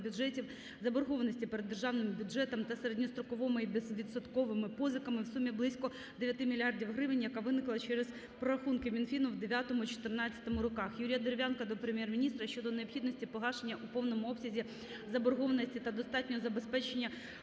заборгованості перед Державним бюджетом за середньостроковими та безвідсотковими позиками у сумі близько 9,0 млрд. грн., яка виникла через прорахунки Мінфіну у 2009-2014 роках. Юрія Дерев'янка до Прем'єр-міністра щодо необхідності погашення у повному обсязі заборгованості та достатнього забезпечення